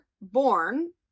born